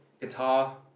guitar